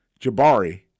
Jabari